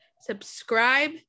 subscribe